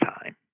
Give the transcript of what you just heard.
time